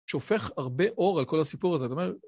שופך הרבה אור על כל הסיפור הזה, אתה אומר...